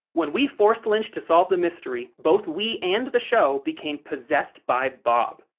when we forced lynch to solve the mystery, both we and the show became possessed by bob.